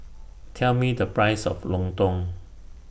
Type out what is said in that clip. Tell Me The Price of Lontong